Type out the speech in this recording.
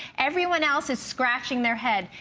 everyone else is scratching their head,